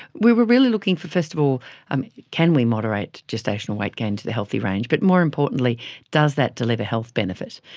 we were really looking for, first of all, um can we moderate gestational weight gain to the healthy range, but more importantly does that deliver health benefit?